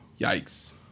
Yikes